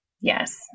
Yes